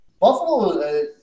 Buffalo